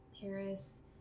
Paris